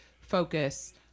focus